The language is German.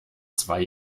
zwei